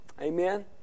Amen